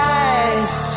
eyes